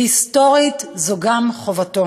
והיסטורית, זוהי גם חובתו.